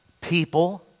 people